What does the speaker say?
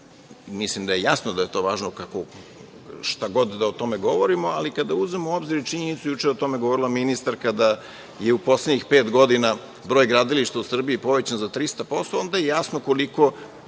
mislim da je jasno da je to važno, šta god da o tome govorimo, ali kada uzmemo u obzir činjenicu, juče je o tome govorila ministarka, da je u poslednjih pet godina broj gradilišta u Srbiji povećan za 300%, onda je jasno koliko